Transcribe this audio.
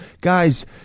Guys